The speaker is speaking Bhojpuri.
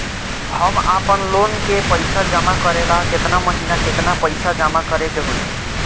हम आपनलोन के पइसा जमा करेला केतना महीना केतना पइसा जमा करे के होई?